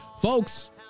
folks